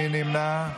מי נמנע?